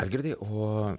algirdai o